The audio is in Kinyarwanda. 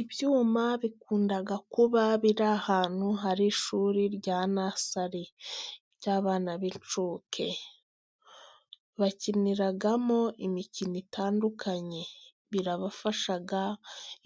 Ibyuma bikunda kuba biri ahantu hari ishuri rya nasari，ry'abana b'incuke， bakiniramo imikino itandukanye，birabafasha